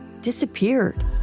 disappeared